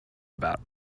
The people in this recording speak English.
about